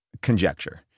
conjecture